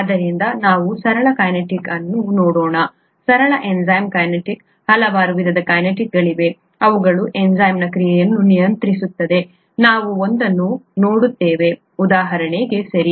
ಆದ್ದರಿಂದ ನಾವು ಸರಳ ಕೈನೆಟಿಕ್ ಅನ್ನು ನೋಡೋಣ ಸರಳ ಎನ್ಝೈಮ್ ಕೈನೆಟಿಕ್ ಹಲವಾರು ವಿಧದ ಕೈನೆಟಿಕ್ಗಳಿವೆ ಅವುಗಳು ಎನ್ಝೈಮ್ನ ಕ್ರಿಯೆಯನ್ನು ನಿಯಂತ್ರಿಸುತ್ತವೆ ನಾವು ಒಂದನ್ನು ನೋಡುತ್ತೇವೆ ಉದಾಹರಣೆಗೆ ಸರಿ